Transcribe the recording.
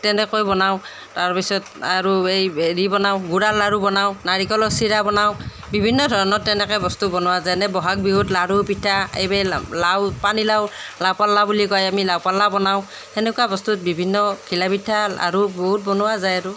তেনেকৈ বনাওঁ তাৰপিছত আৰু এই হেৰি বনাওঁ গুড়ৰ লাড়ু বনাওঁ নাৰিকলৰ চিৰা বনাওঁ বিভিন্ন ধৰণৰ তেনেকৈ বস্তু বনোৱা যায় যেনে ব'হাগ বিহুত লাড়ু পিঠা লাউ পানীলাউ বুলি কয় আমি বনাওঁ সেনেকুৱা বস্তু বিভিন্ন ঘিলাপিঠা আৰু বহুত বনোৱা যায় আৰু